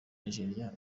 nigeria